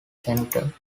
center